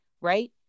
right